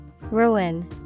Ruin